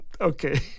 Okay